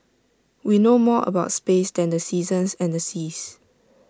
we know more about space than the seasons and the seas